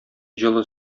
җылы